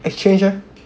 exchange ah